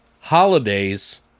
Holidays